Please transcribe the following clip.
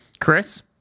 Chris